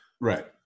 right